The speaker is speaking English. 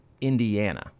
Indiana